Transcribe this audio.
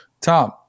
tom